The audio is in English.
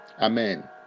amen